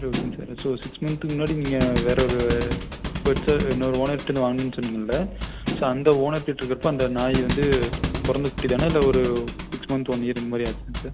சரி ஓகேங்க sir so six மந்த்துக்கு முன்னாடி நீங்கள் வேறு ஒரு பெட்ஸு இன்னோரு ஓனர்ட்டேந்து வாங்குனேன் சொன்னீங்கள்ல ஸோ அந்த ஓனர் கிட்ட இருக்கறப்போ அந்த நாய் வந்து பிறந்த குட்டி தானே இல்லை ஒரு சிக்ஸ் மந்த் ஒன் இயர் இந்தமாதிரி ஆச்சாங்க சார்